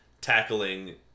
tackling